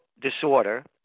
disorder